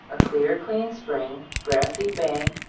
a clear, clean spring, grassy bank,